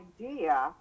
idea